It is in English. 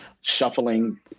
shuffling